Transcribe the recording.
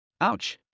Ouch